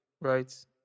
right